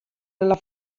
nella